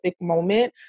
moment